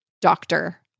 doctor